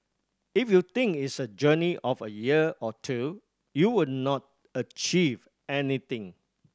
if you think it's a journey of a year or two you will not achieve anything